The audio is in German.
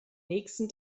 nächsten